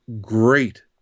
great